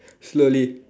slowly